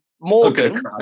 Morgan